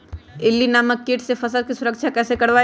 इल्ली नामक किट से फसल के सुरक्षा कैसे करवाईं?